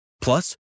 Plus